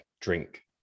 drink